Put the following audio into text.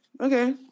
okay